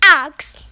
axe